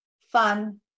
fun